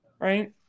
right